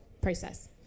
process